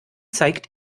zeigt